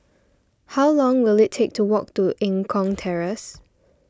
how long will it take to walk to Eng Kong Terrace